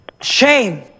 Shame